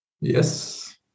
yes